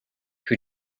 who